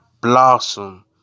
blossom